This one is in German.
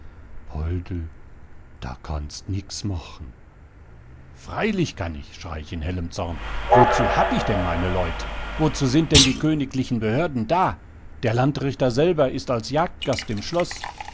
poldl da kannst nix machen freilich kann ich schrei ich in hellem zorn wozu hab ich denn meine leut wozu sind denn die königlichen behörden da der landrichter selber ist als jagdgast im schloß